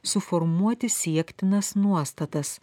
suformuoti siektinas nuostatas